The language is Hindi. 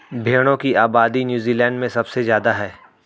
भेड़ों की आबादी नूज़ीलैण्ड में सबसे ज्यादा है